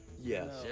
yes